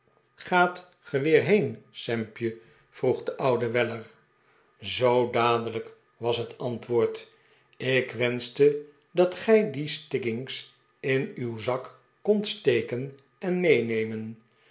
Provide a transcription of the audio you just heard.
gaat ge weer heen sampje vroeg de oude weller zoo dadelijk was het antwoord ik wenschte dat gij dien stiggins in uw zak kondt steken en meenemen